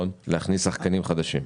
להכניס שחקנים חדשים,